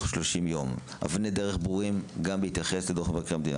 30 יום אבני דרך ברורות גם בהתייחס לדוח מבקר המדינה